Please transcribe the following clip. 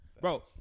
bro